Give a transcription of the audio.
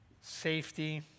safety